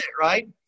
right